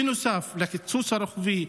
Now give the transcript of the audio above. בנוסף לקיצוץ הרוחבי,